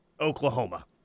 Oklahoma